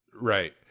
right